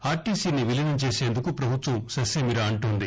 ఆర్టీసీని విలీనం చేసేందుకు ప్రభుత్వం ససేమిరా అంటోంది